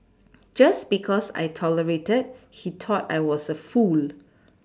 just because I tolerated he thought I was a fool